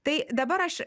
tai dabar aš